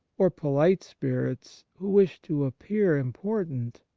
or polite spirits who wish to appear important?